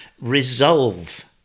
resolve